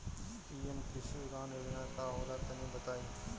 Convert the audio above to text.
PM कृषि उड़ान योजना का होला तनि बताई?